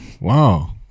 Wow